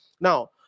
Now